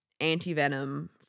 anti-venom